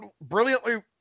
brilliantly